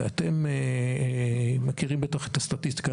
ואתם בטח מכירים את הסטטיסטיקה,